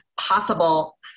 possible